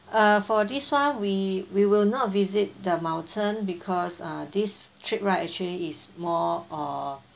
uh for this one we we will not visit the mountain because uh this trip right actually is more uh